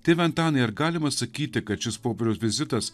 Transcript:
tėve antanai ar galima sakyti kad šis popiežiaus vizitas